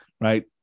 Right